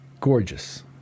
gorgeous